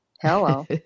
Hello